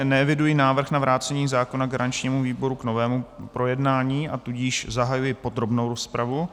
Neeviduji návrh na vrácení zákona garančnímu výboru k novému projednání, a tudíž zahajuji podrobnou rozpravu.